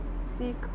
Seek